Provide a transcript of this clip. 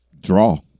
Draw